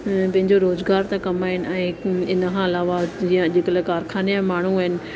पंहिंजो रोज़गार था कमाइनि ऐं इनखां अलावा जीअं अॼुकल्ह कारख़ाने जा माण्हू आहिनि